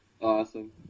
Awesome